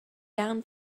down